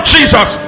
Jesus